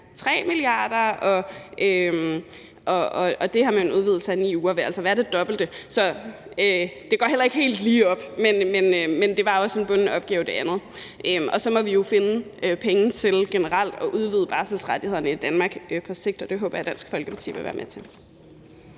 1,3 mia. kr., og det her med en udvidelse på 9 uger vil altså være det dobbelte. Så det går heller ikke helt lige op, men det andet var også en bunden opgave. Og så må vi jo finde penge til generelt at udvide barselsrettighederne i Danmark på sigt, og det håber jeg at Dansk Folkeparti vil være med til.